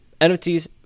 NFTs